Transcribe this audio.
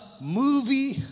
movie